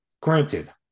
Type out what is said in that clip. granted